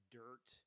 dirt